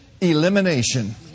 elimination